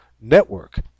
network